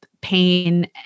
pain